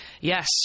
Yes